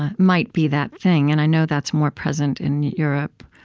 ah might be that thing. and i know that's more present in europe.